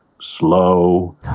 slow